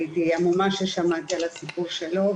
הייתי המומה כששמעתי על הסיפור שלו,